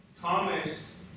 Thomas